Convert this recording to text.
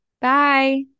Bye